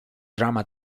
drama